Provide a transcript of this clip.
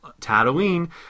Tatooine